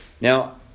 Now